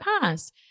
past